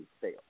fail